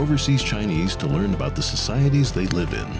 overseas chinese to learn about the societies they live in